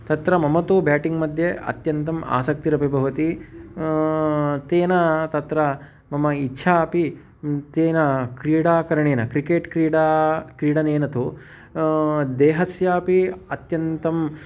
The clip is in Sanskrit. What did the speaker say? तत्र मम तु ब्याटिङ्ग्मध्ये अत्यन्तम् आसक्तिरपि भवति तेन तत्र मम इच्छा अपि तेन क्रीडाकरणेन क्रिकेट् क्रीडा क्रीडनेन तु देहस्यापि अत्यन्तम्